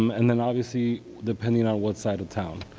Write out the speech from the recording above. um and then obviously depending on what side of town.